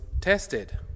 tested